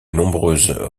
nombreuses